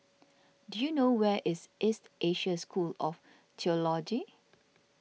do you know where is East Asia School of theology